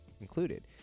included